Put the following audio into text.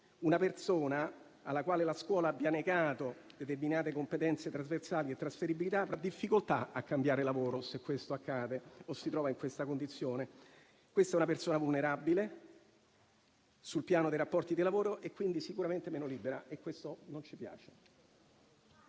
Una persona alla quale la scuola abbia negato determinate competenze trasversali e trasferibili avrà difficoltà a cambiare lavoro, se questo accade o se si trova in questa condizione. Questa è una persona vulnerabile sul piano dei rapporti di lavoro, quindi sicuramente meno libera, e questo non ci piace.